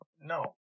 no